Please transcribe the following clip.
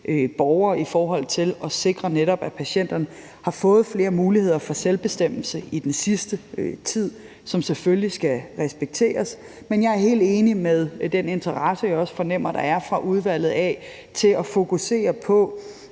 patienter og til borgere om, at patienterne har fået flere muligheder for selvbestemmelse i den sidste tid, som selvfølgelig skal respekteres. Men jeg er helt på linje med den interesse, jeg også fornemmer der er fra udvalgets side, for at fokusere på,